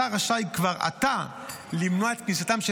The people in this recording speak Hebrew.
השר רשאי כבר עתה למנוע את כניסתם של